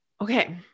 Okay